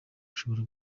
bushobora